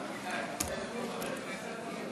נתקבלו.